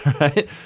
right